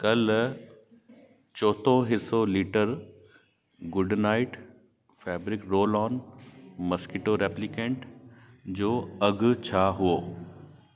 कल्ह चौथों हिसो litre Good Knight fabric roll on mosquito repellent जो अघु छा हुओ